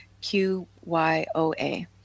Q-Y-O-A